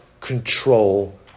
control